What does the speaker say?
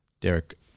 Derek